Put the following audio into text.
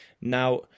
Now